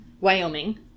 Wyoming